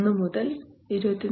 1മുതൽ 24